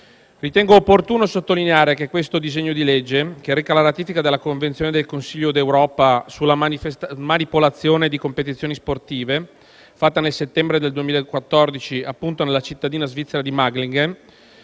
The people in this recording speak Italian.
Ritengo opportuno sottolineare che questo disegno di legge, che reca la ratifica della Convenzione del Consiglio d'Europa sulla manipolazione di competizioni sportive, fatta nel settembre del 2014 nella cittadina svizzera di Magglingen,